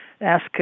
ask